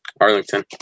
Arlington